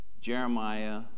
Jeremiah